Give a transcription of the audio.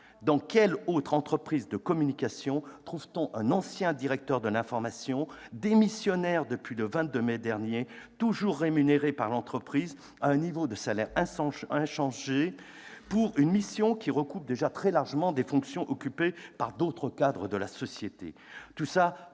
Dans quelle autre entreprise de communication trouve-t-on un ancien directeur de l'information, démissionnaire depuis le 22 mai dernier, toujours rémunéré par l'entreprise à un niveau de salaire inchangé, pour une mission qui recoupe très largement des fonctions déjà occupées par d'autres cadres de la société ?